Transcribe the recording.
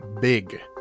big